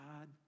God